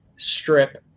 Strip